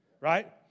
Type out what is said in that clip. Right